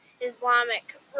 Islamic